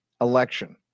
election